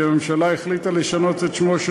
כי הממשלה החליטה לשנות את שמו של